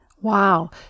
Wow